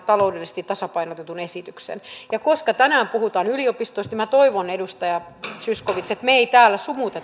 taloudellisesti tasapainotetun esityksen koska tänään puhutaan yliopistoista minä toivon edustaja zyskowicz että me emme täällä sumuta